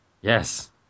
Yes